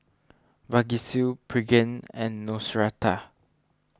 Vagisil Pregain and Neostrata